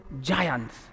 giants